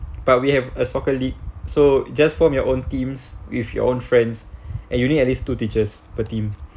but we have a soccer league so just form your own teams with your own friends and you need at least two teachers per team